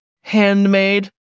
handmade